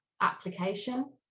application